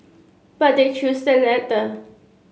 but they choose the latter